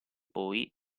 poi